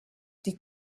die